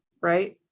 right